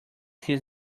his